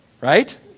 right